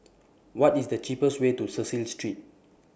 What IS The cheapest Way to Cecil Street